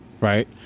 Right